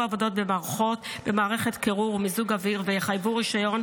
עבודות במערכת קירור או מיזוג אוויר ויחייבו רישיון.